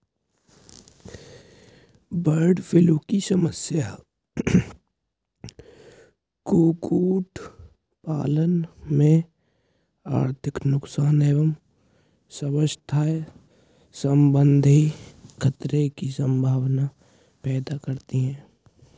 bird flu की समस्या कुक्कुट पालन में आर्थिक नुकसान एवं स्वास्थ्य सम्बन्धी खतरे की सम्भावना पैदा करती है